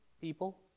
people